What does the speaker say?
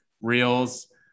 reels